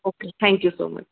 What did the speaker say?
okay thank you so much